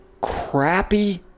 crappy